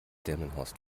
delmenhorst